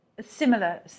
similar